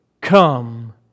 come